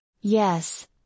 Yes